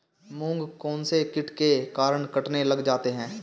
मूंग कौनसे कीट के कारण कटने लग जाते हैं?